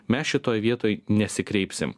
mes šitoj vietoj nesikreipsim